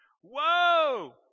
Whoa